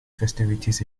festivities